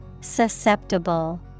Susceptible